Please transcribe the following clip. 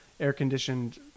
air-conditioned